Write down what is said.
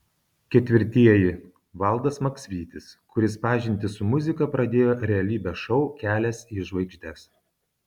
ketvirtieji valdas maksvytis kuris pažintį su muzika pradėjo realybės šou kelias į žvaigždes